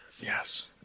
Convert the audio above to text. Yes